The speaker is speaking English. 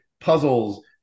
puzzles